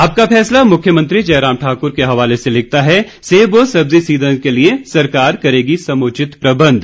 आपका फैसला मुख्यमंत्री जयराम ठाकुर के हवाले से लिखता है सेब व सब्जी सीजन के लिए सरकार करेगी समुचित प्रबंध